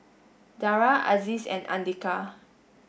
Dara Aziz and Andika